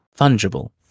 Fungible